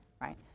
right